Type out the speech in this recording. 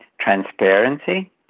transparency